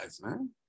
man